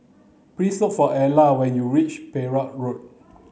please look for Ala when you reach Perak Road